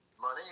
Money